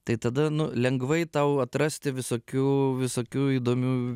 tai tada nu lengvai tau atrasti visokių visokių įdomių